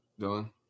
Dylan